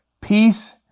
Peace